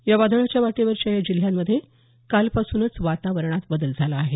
या वादळाच्या वाटेवरच्या या जिल्ह्यांमध्ये कालपासूनच वातावरणात बदल झाला आहे